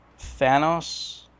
Thanos